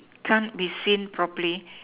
can't be seen properly